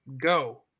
go